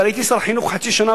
ואני הייתי שר החינוך חצי שנה,